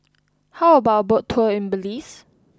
how about boat tour in Belize